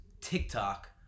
TikTok